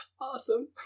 Awesome